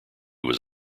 was